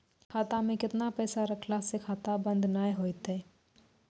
खाता मे केतना पैसा रखला से खाता बंद नैय होय तै?